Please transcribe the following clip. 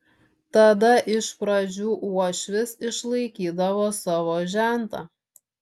tada iš pradžių uošvis išlaikydavo savo žentą